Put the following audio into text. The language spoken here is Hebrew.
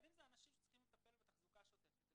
אבל אם הם אנשים שצריכים לטפל בתחזוקה השוטפת הם